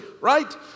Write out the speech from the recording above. right